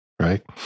Right